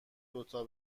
دوتا